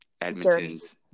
Edmonton's